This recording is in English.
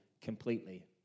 completely